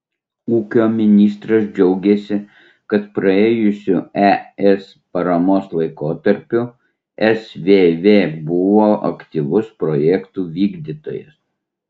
ūkio ministras džiaugėsi kad praėjusiu es paramos laikotarpiu svv buvo aktyvus projektų vykdytojas